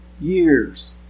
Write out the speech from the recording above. Years